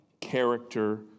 character